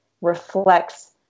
reflects